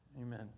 Amen